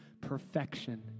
perfection